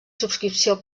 subscripció